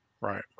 right